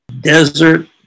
desert